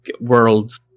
World